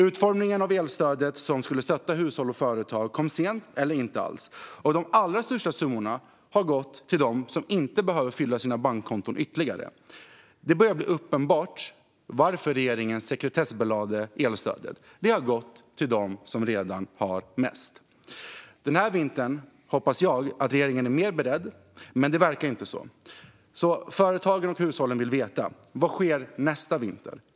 Utformningen av elstödet som skulle stötta hushåll och företag kom sent eller inte alls, och de allra största summorna har gått till dem som inte behöver fylla sina bankkonton ytterligare. Det börjar bli uppenbart varför regeringen sekretessbelade elstödet - det har gått till dem som redan har mest. Den här vintern hoppas jag att regeringen är mer beredd, men det verkar inte så. Företagen och hushållen vill veta: Vad sker nästa vinter?